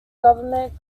government